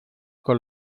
con